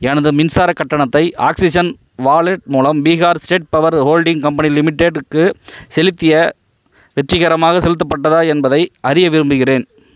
எனது மின்சாரக் கட்டணத்தை ஆக்ஸிஜன் வாலெட் மூலம் Bihar state power holding company லிமிடெட்க்கு செலுத்திய வெற்றிகரமாக செலுத்தப்பட்டதா என்பதை அறிய விரும்புகிறேன்